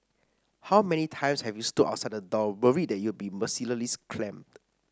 how many times have you stood outside the door worried that you'll be mercilessly clamped